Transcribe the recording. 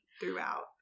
throughout